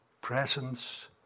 presence